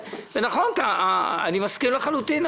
אני מסכים לחלוטין,